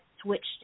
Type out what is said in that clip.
switched